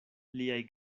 liaj